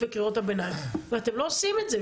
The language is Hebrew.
וקריאות הביניים ואתם לא עושים את זה.